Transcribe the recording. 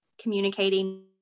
communicating